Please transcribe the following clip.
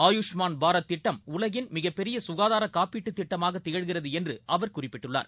ஆயுஷ்மான் பாரத் திட்டம் உலகின் மிகப்பெரிய குகாதார காப்பீட்டுத்திட்டமாக திகழ்கிறது என்று அவர் குறிப்பிட்டுள்ளார்